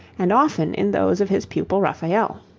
and often in those of his pupil raphael.